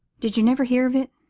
did you never hear of it?